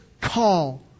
call